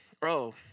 Bro